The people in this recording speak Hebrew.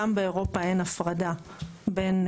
גם באירופה אין הפרדה בין,